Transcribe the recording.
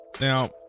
Now